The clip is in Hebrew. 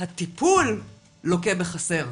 הטיפול לוקה בחסר.